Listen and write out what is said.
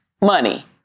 money